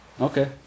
Okay